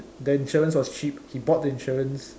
the insurance was cheap he bought the insurance